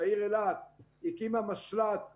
שהעיר אילת הקימה משל"ט קורונה,